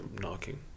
knocking